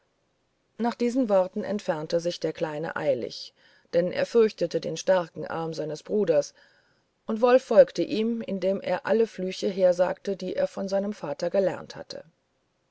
nach diesen worten entfernte sich der kleine eilig denn er fürchtete den starken arm seines bruders und wolf folgte ihm indem er alle flüche hersagte die er von seinem vater gelernt hatte